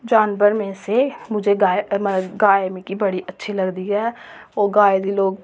जानवर में से गाय मुझे गाय मिगी बड़ी अच्छी लगदी ऐ ओह् गाय दी लोक